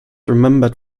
remembered